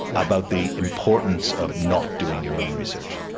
about the importance of not doing your own research.